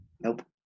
Nope